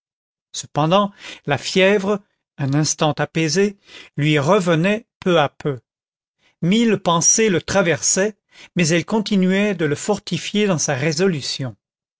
cependant la fièvre un instant apaisée lui revenait peu à peu mille pensées le traversaient mais elles continuaient de le fortifier dans sa résolution